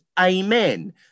amen